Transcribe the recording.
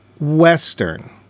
Western